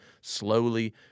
slowly